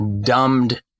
dumbed